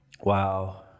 Wow